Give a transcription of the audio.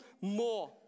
more